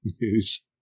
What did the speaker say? News